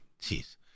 Jeez